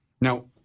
Now